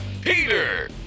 Peter